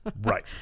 Right